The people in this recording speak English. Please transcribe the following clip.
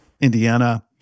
Indiana